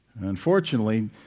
Unfortunately